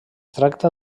tracta